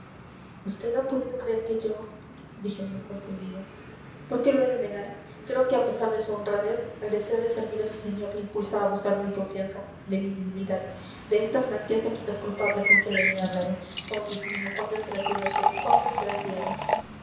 usted ha podido creer que yo dije muy confundido por qué lo he de negar creo que a pesar de su honradez el deseo de servir a su señor le impulsa a abusar de mi confianza de mi debilidad de esta franqueza quizás culpable con que le he hablado oh dios mío cuán desgraciada soy cuán desgraciada